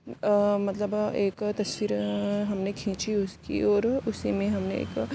مطلب ایک تصویر ہم نے کھینچی اس کی اور اسی میں ہم نے ایک